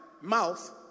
mouth